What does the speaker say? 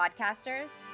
podcasters